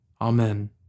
Amen